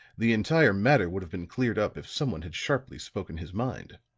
the entire matter would have been cleared up if someone had sharply spoken his mind.